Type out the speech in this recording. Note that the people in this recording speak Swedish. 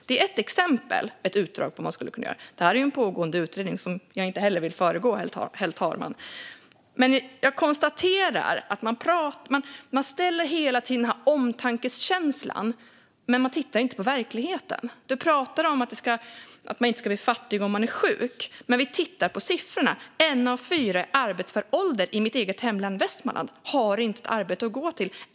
Det är ett exempel på vad man skulle kunna göra. Men detta är också en pågående utredning som jag inte vill föregripa, herr talman. Jag konstaterar att man hela tiden ställer fram den här omtankeskänslan men att man inte tittar på verkligheten. Du pratar om att man inte ska bli fattig om man är sjuk, men vi kan titta på siffrorna: En av fyra i arbetsför ålder i mitt eget hemlän Västmanland har inte ett arbete att gå till.